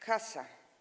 Kasa.